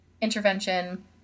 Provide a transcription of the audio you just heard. intervention